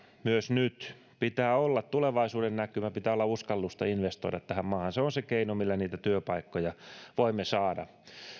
myös nyt pitää olla tulevaisuudennäkymä pitää olla uskallusta investoida tähän maahan se on se keino millä niitä työpaikkoja voimme saada